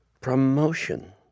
promotion